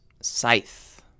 Scythe